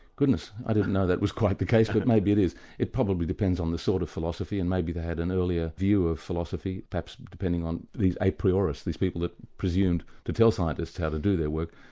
goodness, i didn't know that was quite the case, but maybe it is. it probably depends on the sort of philosophy, and maybe they had an earlier view of philosophy perhaps depending on these a prioris, these people that presumed to tell scientists how to do their work.